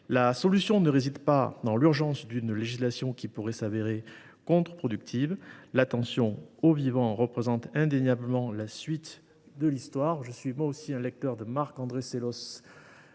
La solution ne réside pas dans une loi d’urgence qui pourrait s’avérer contre productive. L’attention au vivant représente indéniablement la suite de l’histoire. Je suis, moi aussi, un lecteur de Marc André Selosse,